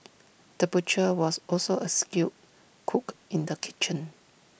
the butcher was also A skilled cook in the kitchen